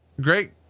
Great